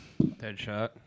Deadshot